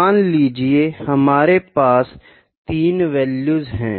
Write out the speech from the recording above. मान लीजिये हमारे पास तीन वैल्यूज है